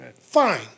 Fine